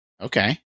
Okay